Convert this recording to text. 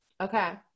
Okay